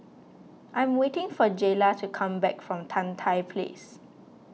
I'm waiting for Jaylah to come back from Tan Tye Place